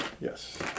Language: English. Yes